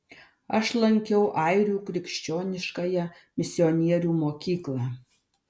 aš lankiau airių krikščioniškąją misionierių mokyklą